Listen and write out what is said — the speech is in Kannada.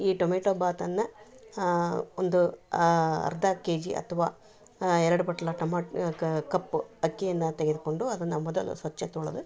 ಈ ಟೊಮೆಟೊ ಬಾತನ್ನ ಒಂದು ಅರ್ಧ ಕೆಜಿ ಅಥ್ವಾ ಎರಡು ಬಟ್ಲ ಟೊಮ ಕಪ್ಪು ಅಕ್ಕಿಯನ್ನ ತೆಗೆದುಕೊಂಡು ಅದನ್ನ ಮೊದಲು ಸ್ವಚ್ಛ ತೊಳೆದು